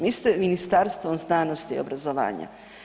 Vi ste Ministarstvo znanosti i obrazovanja.